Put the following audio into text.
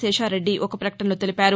శేషారెడ్డి ఒక పకటనలో తెలిపారు